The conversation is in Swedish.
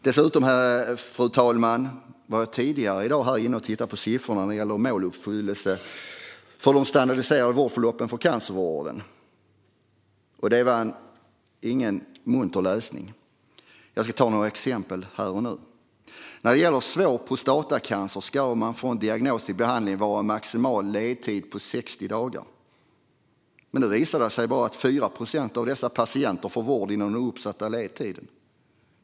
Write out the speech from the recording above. Dessutom, fru talman, tittade jag tidigare i dag på siffrorna när det gäller måluppfyllelsen för de standardiserade vårdförloppen för cancervården, och det var inte någon munter läsning. Jag ska ta upp några exempel. När det gäller svår prostatacancer ska det från diagnos till behandling vara en maximal ledtid på 60 dagar. Men det visar sig att bara 4 procent av dessa patienter får vård inom den uppsatta ledtiden.